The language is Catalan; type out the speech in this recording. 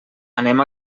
anem